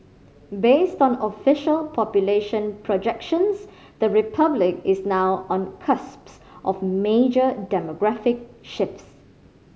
based on official population projections the Republic is now on cusp of major demographic shifts